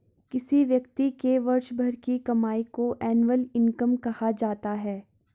किसी व्यक्ति के वर्ष भर की कमाई को एनुअल इनकम कहा जाता है